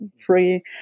free